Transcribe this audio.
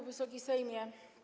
Wysoki Sejmie!